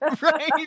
Right